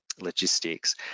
logistics